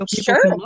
Sure